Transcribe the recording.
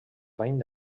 bany